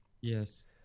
yes